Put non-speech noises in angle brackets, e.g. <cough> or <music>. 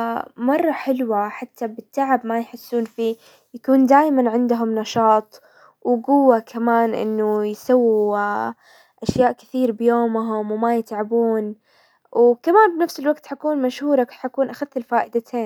<hesitation> مرة حلوة، حتى بالتعب ما يحسون فيه، يكون دايما عندهم نشاط وقوة، كمان انه يسوا اشياء كثير بيومهم وما يتعبون، وكمان بنفس الوقت حكون مشهورةن حكون اخذت الفائدتين.